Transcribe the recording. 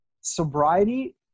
sobriety